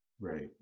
Right